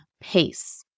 pace